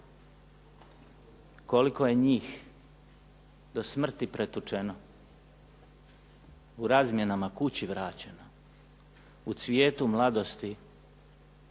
Koliko je njih do smrti, pretučeno u razmjenama kući vraćeno, u cvijetu mladosti